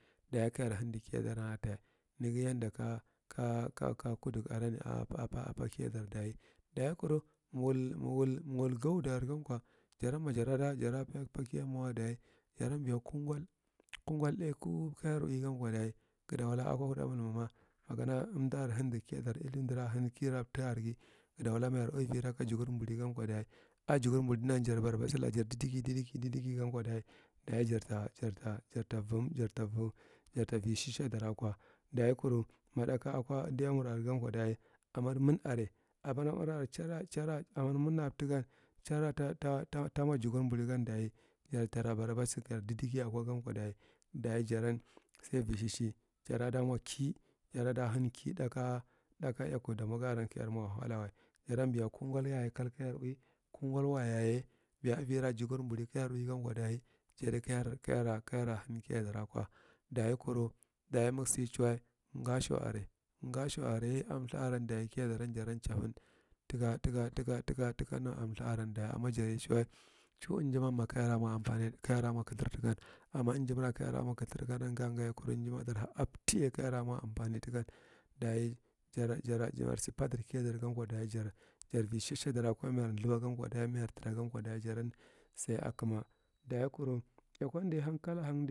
Bayi kayara handikiyadaran ata, nagi yanda ka, ka ka kudugu aran apapa kiyadar dayi. Dayi kuru, mogwu, muwul, muwul gauda argankwa jaranma jaradu papa kiyanmawa dayi daran biya kunggal mth kunggal ɗai ko kuyar cigankwa dayi, gadawula akwa huɗa malmama, makana amdar are handi kiyadai irim amdara hankira apta argi gaduwula mayar ui dvira ka jugun baliganka dayi, ajugun balindan jada baraba sala jada dadiki, dadiki dadikigankwa dayi, dayi jarta, jarta, jarta, vung, jarta, jarta vu, jartavi shishidarrakwa. Dayi kuru maɗakaakwa adaiyamur argankwa dayi, a mar man are, amar manna cara, cara, amar manna aptagan carata, ta tamwa jugun baligandayi jarta barabasa kayar ddiki akwagankwa dayi bayi jaran si vashishi jaradamwa ki, jarada hanki ɗaka, ɗaka eyeku damwaga aran kayarmwa wahalewa. Jaran biya kungalyaye kal kayar ui, kangalwa yaye biya ivira jugunbali kayar uigankwa dayi jadi kayar kayara han kiyadar akwa, dayi kur magsi cuwa, ngasho abe, ngasho arye amlthararan dayi kiyadaran jaran cafan aka, taka, taka, taka, taka amltha aran dayi. Amma a jarye cuwa, cu unjimi manma karyarmwa ampani, kayarmwa kalthir takan, amma umjima kayara mwa kalthir takan nga, ngaye, kuru umjimmadaran aptaye kayara mwa ampane takan. Dayi jara, jara, jara ba padi kiyadur sankwa dayi jar jarvi shishidarrakwa. Mayar mltha bagan kwa dayi ayar taragankwa sai akama. Dayi kuru eyekunde hanf kala hangde.